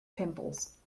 pimples